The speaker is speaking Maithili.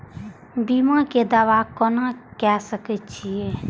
बीमा के दावा कोना के सके छिऐ?